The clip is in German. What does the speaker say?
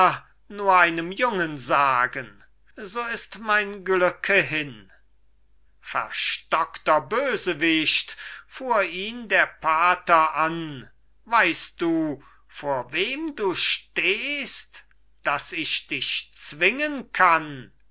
nur einem jungen sagen so ist mein glücke hin verstockter bösewicht fuhr ihn der pater an weißt du vor wem du stehst daß ich dich zwingen kann